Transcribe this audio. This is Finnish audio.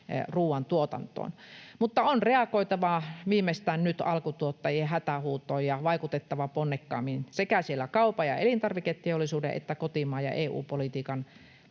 ruuantuotantoon. Viimeistään nyt on reagoitava alkutuottajien hätähuutoon ja vaikutettava ponnekkaammin sekä siellä kaupan ja elintarviketeollisuuden että kotimaan ja EU-politiikan